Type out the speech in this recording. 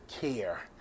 care